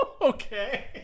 Okay